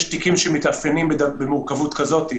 יש תיקים שמתאפיינים במורכבות כזאת,